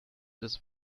this